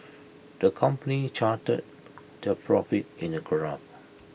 the company charted their profits in A graph